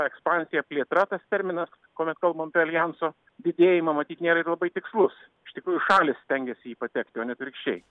ta ekspansija plėtra tas terminas kuomet kalbam apie aljanso didėjimą matyt nėra ir labai tikslus iš tikrųjų šalys stengiasi į jį patekti o ne atvirkščiai